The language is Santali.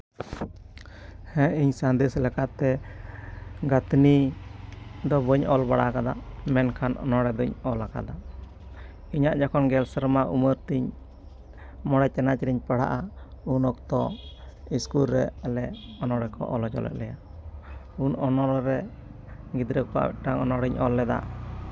ᱦᱮᱸ ᱤᱧ ᱥᱟᱸᱫᱮᱥ ᱞᱮᱠᱟᱛᱮ ᱜᱟᱛᱷᱱᱤ ᱫᱚ ᱵᱟᱹᱧ ᱚᱞ ᱵᱟᱲᱟ ᱟᱠᱟᱫᱟ ᱢᱮᱱᱠᱷᱟᱱ ᱚᱱᱚᱲᱦᱮᱸ ᱫᱚᱧ ᱚᱞ ᱟᱠᱟᱫᱟ ᱤᱧᱟᱹᱜ ᱡᱚᱠᱷᱚᱱ ᱜᱮᱞ ᱥᱮᱨᱢᱟ ᱩᱢᱮᱨ ᱛᱤᱧ ᱢᱚᱬᱮ ᱪᱟᱱᱟᱪ ᱨᱤᱧ ᱯᱟᱲᱦᱟᱜᱼᱟ ᱩᱱ ᱚᱠᱛᱚ ᱤᱥᱠᱩᱞ ᱨᱮ ᱟᱞᱮ ᱚᱱᱚᱲᱦᱮᱸ ᱠᱚ ᱚᱞ ᱦᱚᱪᱚ ᱞᱮᱫ ᱞᱮᱭᱟ ᱩᱱ ᱚᱱᱚᱲᱦᱮᱸ ᱨᱮ ᱜᱤᱫᱽᱨᱟᱹ ᱠᱚᱣᱟᱜ ᱢᱤᱫᱴᱟᱝ ᱚᱱᱚᱲᱦᱮᱸᱧ ᱚᱞ ᱞᱮᱫᱟ